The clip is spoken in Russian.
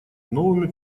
новыми